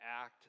act